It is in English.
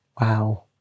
Wow